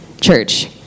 church